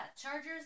Chargers